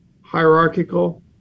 hierarchical